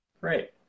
Great